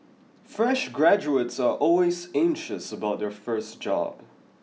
fresh graduates are always anxious about their first job